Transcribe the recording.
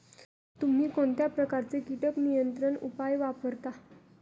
तुम्ही कोणत्या प्रकारचे कीटक नियंत्रण उपाय वापरता?